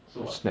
so what